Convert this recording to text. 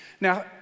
Now